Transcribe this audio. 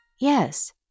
Yes